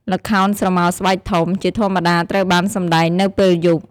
ល្ខោនស្រមោលស្បែកធំ ជាធម្មតាត្រូវបានសម្តែងនៅពេលយប់។